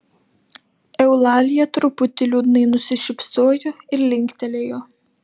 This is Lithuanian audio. eulalija truputį liūdnai nusišypsojo ir linktelėjo